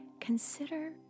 consider